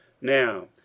now